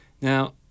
Now